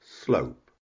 Slope